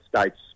States